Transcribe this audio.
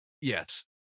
Yes